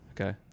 okay